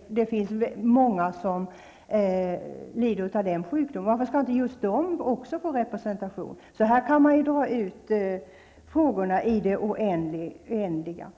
-- det finns många som lider av den sjukdomen -- få representation? Så här kan man dra ut frågorna i det oändliga.